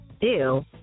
Ew